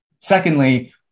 Secondly